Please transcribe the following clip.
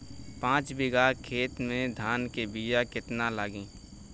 पाँच बिगहा खेत में धान के बिया केतना लागी?